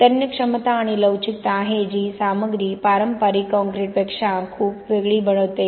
ही तन्य क्षमता आणि लवचिकता आहे जी ही सामग्री पारंपारिक कंक्रीटपेक्षा खूप वेगळी बनवते